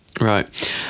Right